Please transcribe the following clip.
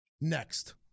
next